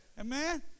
Amen